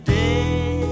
day